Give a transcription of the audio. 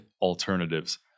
alternatives